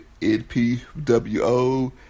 NPWO